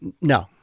no